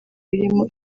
birimo